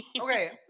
okay